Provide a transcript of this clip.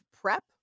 prep